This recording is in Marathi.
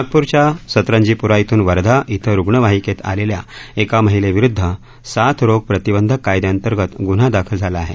नागप्रच्या सतरंजीप्रा इथून वर्धा इथं रुग्णवाहिकेत आलेल्या एका महिलेविरुदध साथरोग प्रतिबंध कायद्याअंतर्गत गुन्हा दाखल झाला आहे